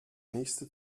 nächste